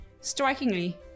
Strikingly